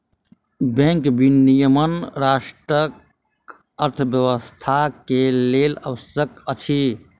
bank विनियमन राष्ट्रक अर्थव्यवस्था के लेल आवश्यक अछि